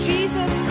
Jesus